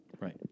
Right